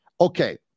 okay